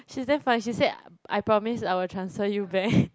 she's damn funny she said I promise I will transfer you back